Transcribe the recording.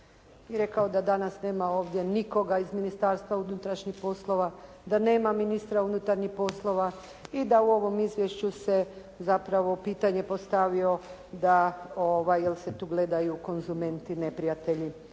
rekao da danas nema ovdje nikoga iz Ministarstva unutrašnjih poslova. Da nema ministra unutarnjih poslova i da u ovom izvješću se zapravo pitanje postavio da jel' se tu gledaju konzumenti neprijatelji?